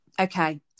Okay